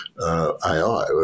AI